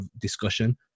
discussion